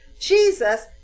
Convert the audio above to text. Jesus